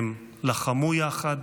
הם לחמו יחד,